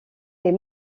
est